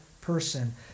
person